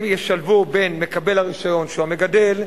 הם ישלבו בין מקבל הרשיון, שהוא המגדל,